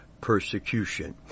persecution